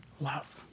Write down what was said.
love